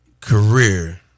career